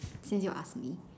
since you ask me